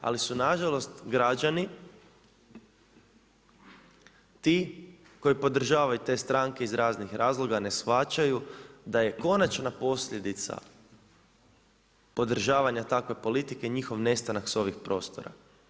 Ali su na žalost građani ti koji podržavaju te stranke iz raznih razloga, ne shvaćaju da je konačna posljedica podržavanja takve politike njihov nestanak sa ovih prostora.